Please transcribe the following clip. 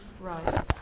Right